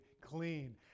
clean